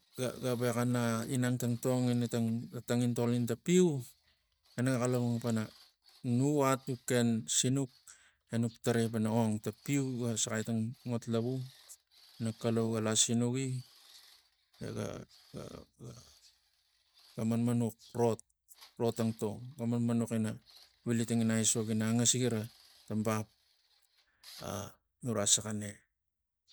Ga- ga- ga gavexana inang tangtong ina tang tangintol ina tang piu enaga xalapang pana nuva nuken sinuk enuk tarai pana ong tang piu ga saxai tang ot lavu na kalau ga lasinugi ega- ga- ga- ga manmanux no tangtong ga manmanux ina vili tangina aisok ina angasigira tang bap ah ura saga ne